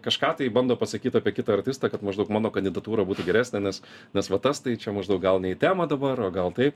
kažką tai bando pasakyt apie kitą artistą kad maždaug mano kandidatūra būtų geresnė nes nes va tas tai čia maždaug gan ne į temą dabar o gal taip